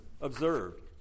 observed